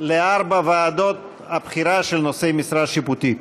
לארבע ועדות הבחירה של נושאי משרה שיפוטית.